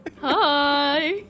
Hi